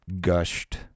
gushed